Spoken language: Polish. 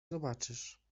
zobaczysz